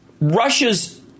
Russia's